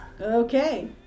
Okay